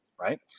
right